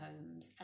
homes